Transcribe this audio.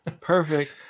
Perfect